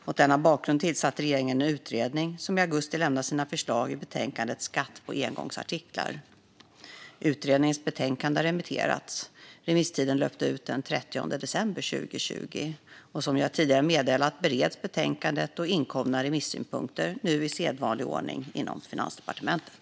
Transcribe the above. Mot denna bakgrund tillsatte regeringen en utredning, som i augusti lämnade sina förslag i betänkandet Skatt på engångsartiklar . Utredningens betänkande har remitterats. Remisstiden löpte ut den 30 december 2020. Som jag tidigare meddelat bereds betänkandet - och inkomna remissynpunkter - nu i sedvanlig ordning inom Finansdepartementet.